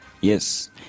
yes